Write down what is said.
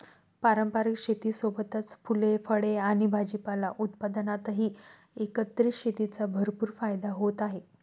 पारंपारिक शेतीसोबतच फुले, फळे आणि भाजीपाला उत्पादनातही एकत्रित शेतीचा भरपूर फायदा होत आहे